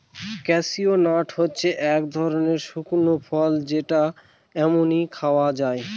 cashew nut হচ্ছে এক ধরনের শুকনো ফল যেটা এমনি খাওয়া যায়